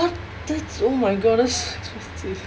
what that's oh my god that's so